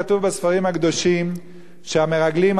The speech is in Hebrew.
כתוב בספרים הקדושים שהמרגלים,